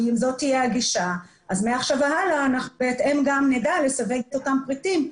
ואם זאת תהיה הגישה מעכשיו והלאה בהתאם נדע לסווג את אותם פריטים.